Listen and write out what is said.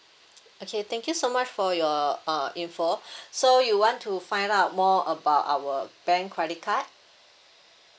okay thank you so much for your uh info so you want to find out more about our bank credit card